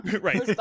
right